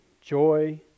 joy